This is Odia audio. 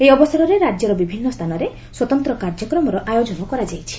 ଏହି ଅବସରରେ ରାଜ୍ୟର ବିଭିନ୍ନ ସ୍ଚାନରେ ସ୍ୱତନ୍ତ କାର୍ଯ୍ୟକ୍ରମର ଆୟୋଜନ କରାଯାଇଛି